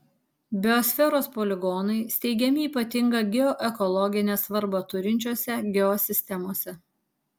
biosferos poligonai steigiami ypatingą geoekologinę svarbą turinčiose geosistemose